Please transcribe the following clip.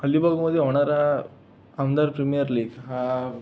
अलिबागमध्ये होणारा आमदार प्रिमियर लीग हा